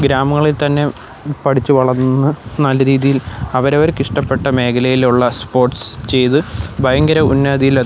ഗ്രാമങ്ങളിൽ തന്നെ പഠിച്ചു വളർന്ന് നല്ല രീതിയിൽ അവരവർക്ക് ഇഷ്ടപ്പെട്ട മേഖലയിലുള്ള സ്പോർട്സ് ചെയ്ത് ഭയങ്കര ഉന്നതിയിൽ